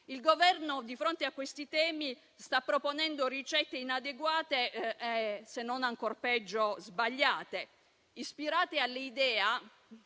Il Governo, di fronte a questi temi, sta proponendo ricette inadeguate, se non sbagliate, ispirate all'idea,